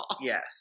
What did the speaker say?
Yes